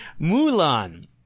mulan